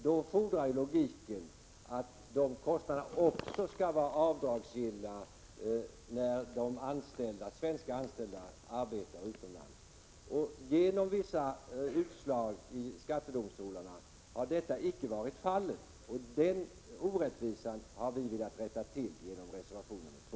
Då fordrar logiken att dessa kostnader också skall vara avdragsgilla när svenska anställda arbetar utomlands. Genom vissa utslag i skattedomstolen har detta icke varit möjligt. Den orättvisan har vi velat rätta till genom reservation 2.